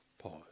pause